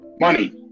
money